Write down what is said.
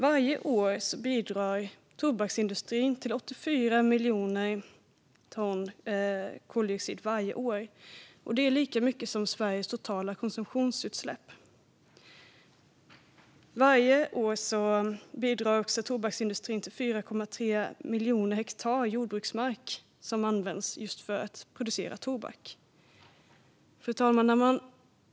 Varje år bidrar tobaksindustrin till utsläpp av 84 miljoner ton koldioxid. Det är lika mycket som Sveriges totala konsumtionsutsläpp. Varje år bidrar också tobaksindustrin till att 4,3 miljoner hektar jordbruksmark används just för att producera tobak. Fru talman!